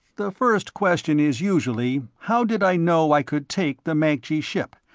the first question is usually, how did i know i could take the mancji ship.